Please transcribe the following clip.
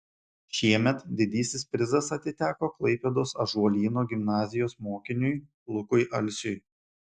šiemet didysis prizas atiteko klaipėdos ąžuolyno gimnazijos mokiniui lukui alsiui